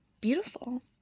beautiful